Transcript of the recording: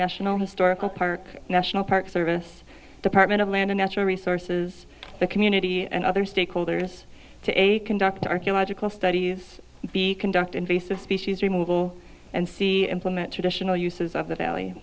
national historical park national park service department of land and natural resources the community and other stakeholders to a conduct archeological studies the conduct invasive species removal and c implement traditional uses of the val